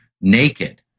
naked